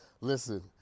listen